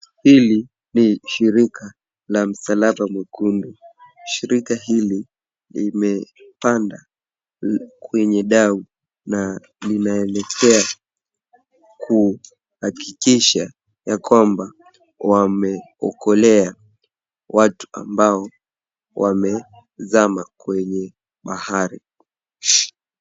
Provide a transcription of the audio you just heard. Hili ni shirika la msalaba mwekundu. Shirika hili limepanda kwenye dau na linaelekea kuakikisha ya kwamba wameokolea watu ambao wamezama kwenye bahari.